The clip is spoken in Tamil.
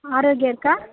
ஆரோக்யா இருக்கா